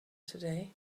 today